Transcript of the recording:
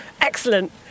excellent